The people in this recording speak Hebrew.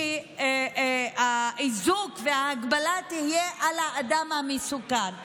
והאיזוק וההגבלה יהיו על האדם המסוכן.